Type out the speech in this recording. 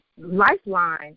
lifeline